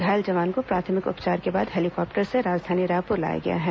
घायल जवान को प्राथमिक उपचार के बाद हेलीकॉप्टर से राजधानी रायपुर लाया गया है